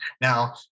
Now